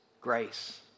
grace